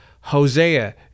Hosea